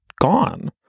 gone